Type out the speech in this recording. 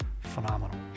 phenomenal